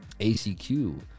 ACQ